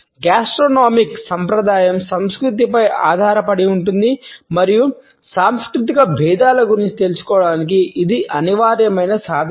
gastronomic సంప్రదాయం సంస్కృతిపై ఆధారపడి ఉంటుంది మరియు సాంస్కృతిక భేదాల గురించి తెలుసుకోవడానికి ఇది అనివార్యమైన సాధనం